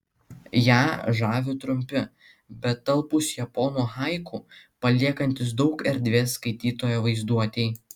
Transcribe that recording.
ją žavi trumpi bet talpūs japonų haiku paliekantys daug erdvės skaitytojo vaizduotei